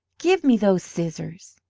give me those scissors!